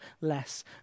less